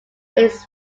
its